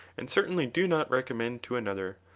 and certainly do not recommend to another,